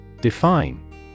Define